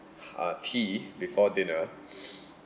uh tea before dinner